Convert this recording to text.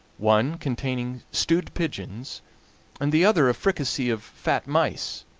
one containing stewed pigeons and the other a fricassee of fat mice.